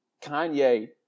Kanye